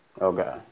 Okay